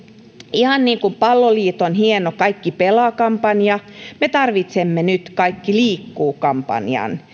ihan niin kuin palloliiton hieno kaikki pelaa kampanja me tarvitsemme nyt kaikki liikkuu kampanjan